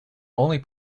only